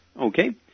Okay